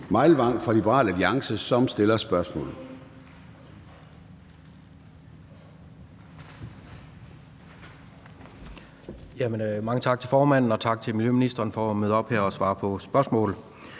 Meilvang fra Liberal Alliance, som stiller spørgsmålet.